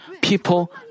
people